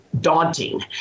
daunting